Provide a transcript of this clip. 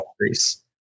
increase